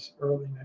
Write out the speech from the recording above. early